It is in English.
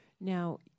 Now